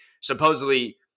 supposedly